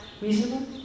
reasonable